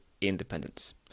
independence